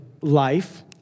life